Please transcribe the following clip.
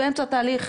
באמצע התהליך,